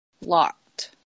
locked